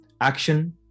action